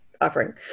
offering